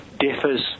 differs